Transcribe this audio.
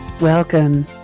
Welcome